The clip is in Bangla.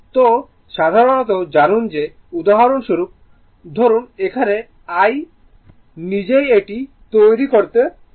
সুতরাং সাধারণত জানুন যে উদাহরণস্বরূপ ধরুন এখানে I নিজেই এটি তৈরি করতে সাহায্য করে